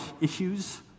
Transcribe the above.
issues